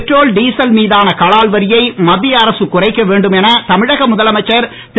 petrol diesel மீதான கலால் வரியை மத்திய அரசு குறைக்க வேண்டும் என தமிழக முதலமைச்சர் திரு